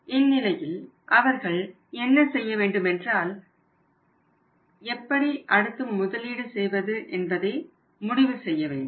இந்நிலையில் அவர்கள் என்ன செய்ய வேண்டுமென்றால் எப்படி அடுத்து முதலீடு செய்வதை என்பதை முடிவு செய்ய வேண்டும்